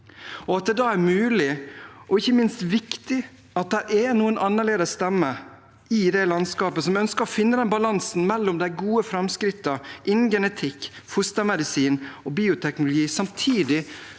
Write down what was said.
er det da mulig og ikke minst viktig at det er noen andre stemmer som ønsker å finne balansen mellom de gode framskrittene innen genetikk, fostermedisin og bioteknologi, samtidig